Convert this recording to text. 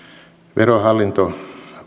verohallinto